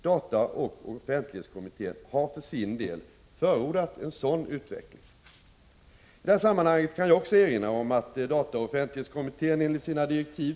DOK har för sin del förordat en sådan utveckling. I detta sammanhang kan jag också erinra om att DOK enligt sina direktiv (Dir. 1984:48s.